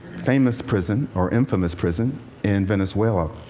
famous prison, or infamous prison in venezuela,